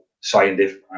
scientific